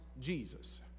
Jesus